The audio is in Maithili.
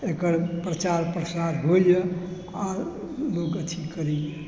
एकर प्रचार प्रसार होइए आओर लोक अथी करैए शिल्पकला